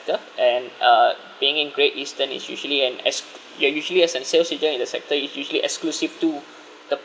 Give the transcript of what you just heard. and uh being in Great Eastern is usually an ex~ ya usually as an sales agent in the sector is usually exclusive to